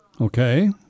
Okay